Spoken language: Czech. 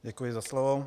Děkuji za slovo.